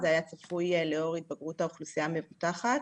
זה היה צפוי לאור התבגרות האוכלוסייה המבוטחת.